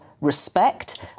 respect